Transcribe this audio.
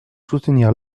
soutenir